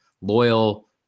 loyal